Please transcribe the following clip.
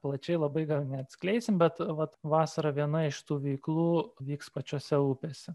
plačiai labai gal neatskleisim bet vat vasarą viena iš tų veiklų vyks pačiose upėse